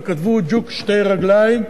וכתבו: ג'וק שתי רגליים,